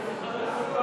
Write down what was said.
חבר הכנסת יוסי יונה,